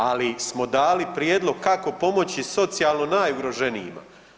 Ali smo dali prijedlog kako pomoći socijalno najugroženijima.